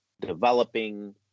developing